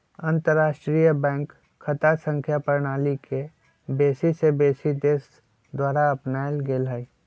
अंतरराष्ट्रीय बैंक खता संख्या प्रणाली के बेशी से बेशी देश द्वारा अपनाएल गेल हइ